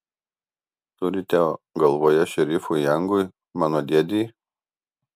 turite galvoje šerifui jangui mano dėdei